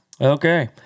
Okay